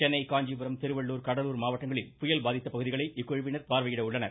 சென்னை காஞ்சிபுரம் திருவள்ளுர் கடலூர் மாவட்டங்களில் புயல் பாதித்த பகுதிகளை இக்குழுவினர் பார்வையிட உள்ளனர்